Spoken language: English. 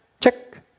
check